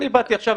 אני באתי עכשיו,